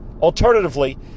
alternatively